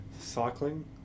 cycling